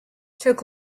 took